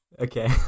Okay